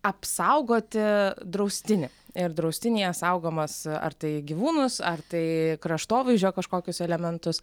apsaugoti draustinį ir draustinyje saugomas ar tai gyvūnus ar tai kraštovaizdžio kažkokius elementus